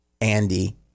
Andy